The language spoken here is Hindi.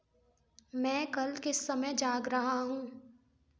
मैं कल किस समय जाग रहा हूँ